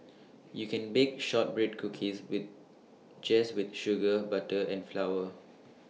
you can bake Shortbread Cookies with just with sugar butter and flower